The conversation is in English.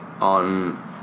on